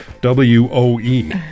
W-O-E